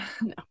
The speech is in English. No